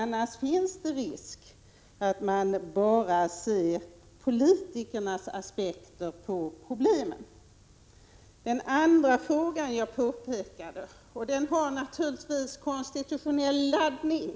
Annars finns det risk för att man bara ser politikernas aspekter på problemen. Den andra fråga som jag tog upp har naturligtvis konstitutionell laddning.